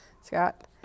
Scott